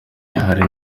hari